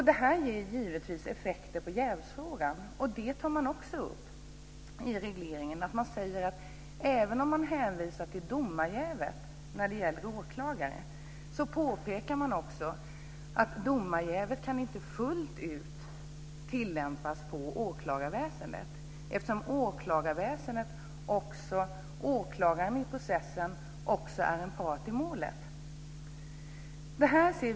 Det här ger givetvis effekter på jävsfrågan, och det framhålls i regleringen att även om man när det gäller åklagare hänvisar till domarjävet kan domarjävet inte fullt ut tillämpas på åklagarväsendet, eftersom åklagaren i processen också är en part i målet.